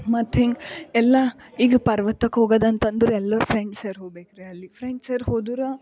ಮತ್ತೆ ಹಿಂಗ ಎಲ್ಲ ಈಗ ಪರ್ವತಕ್ಕೆ ಹೋಗೋದು ಅಂತಂದ್ರೆ ಎಲ್ಲರು ಫ್ರೆಂಡ್ಸ್ ಸೇರಿ ಹೋಗಬೇಕ್ರಿ ಅಲ್ಲಿ ಫ್ರೆಂಡ್ಸ್ ಸೇರಿ ಹೋದರೆ